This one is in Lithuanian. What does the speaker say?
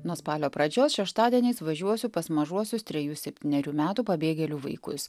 nuo spalio pradžios šeštadieniais važiuosiu pas mažuosius trejų septynerių metų pabėgėlių vaikus